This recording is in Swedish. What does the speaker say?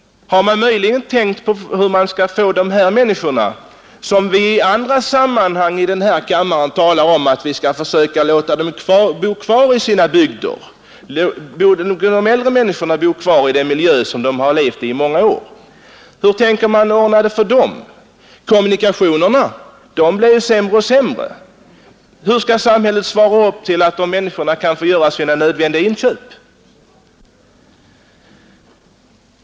I andra sammanhang talar vi i denna kammare om att vi skall försöka låta de äldre människorna bo kvar i den miljö där de har levt under många år. Hur skall man ordna det för dem om deras affärer försvinner? Kommunikationerna blir ju sämre och sämre. Hur skall samhället se till att de får göra sina nödvändiga inköp?